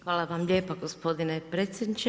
Hvala vam lijepo gospodine predsjedniče.